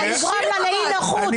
לגרום לה לאי נוחות.